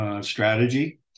strategy